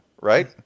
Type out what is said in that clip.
right